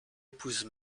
épouse